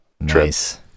nice